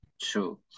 true